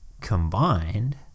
combined